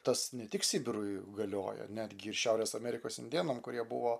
tas ne tik sibirui galioja netgi ir šiaurės amerikos indėnam kurie buvo